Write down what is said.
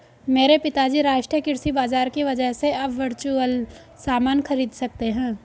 मेरे पिताजी राष्ट्रीय कृषि बाजार की वजह से अब वर्चुअल सामान खरीद सकते हैं